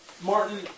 Martin